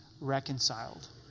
reconciled